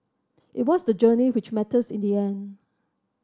it was the journey which matters in the end